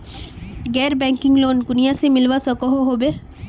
गैर banking loan कुनियाँ से मिलवा सकोहो होबे?